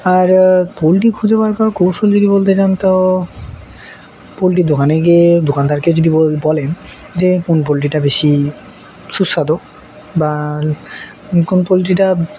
আর poultry খুঁজে বার করার কৌশল যদি বলতে চান তো পোলট্রির দোকানে গিয়ে দোকানদারকে যদি বল বলেন যে কোন পোলট্রিটা বেশি সুস্বাদু বা কোন পোলট্রিটা